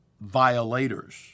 violators